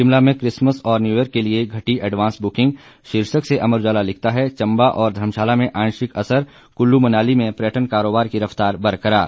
शिमला में क्रिसमस और न्यूईयर के लिए घटी एंडवास ब्रुकिंग शीर्षक से अमर उजाला लिखता है चम्बा और धर्मशाला में आंशिक असर कुल्लू मनाली में पर्यटन करोबार की रफ्तार बरकरार